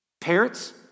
Parents